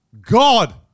God